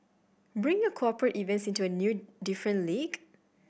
bring your cooperate events into a new different league